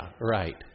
right